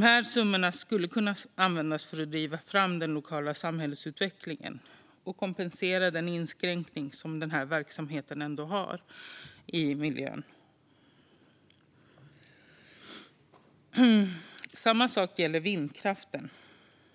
De här summorna skulle kunna användas för att driva fram den lokala samhällsutvecklingen och kompensera för den inskränkning som denna verksamhet ändå innebär av miljön. Samma sak gäller vindkraften.